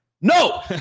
No